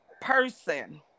person